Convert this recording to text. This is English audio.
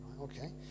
Okay